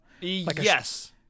Yes